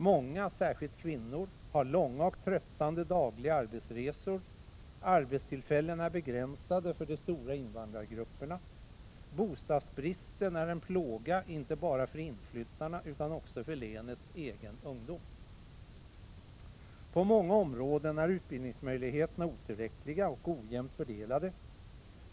Många, särskilt kvinnor, har långa och tröttande dagliga arbetsresor, arbetstillfällena är begränsade för de stora invandrargrupperna. Bostadsbristen är en plåga inte bara för de inflyttade utan också för länets egen ungdom. På många områden är utbildningsmöjligheterna otillräckliga och ojämnt fördelade.